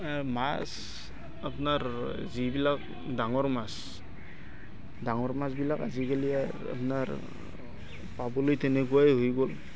মাছ আপোনাৰ যিবিলাক ডাঙৰ মাছ ডাঙৰ মাছবিলাক আজিকালি আৰু আপোনাৰ পাবলৈ তেনেকুৱাই হৈ গ'ল